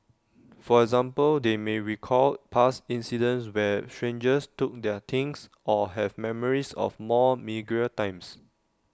for example they may recall past incidents where strangers took their things or have memories of more meagre times